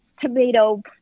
tomato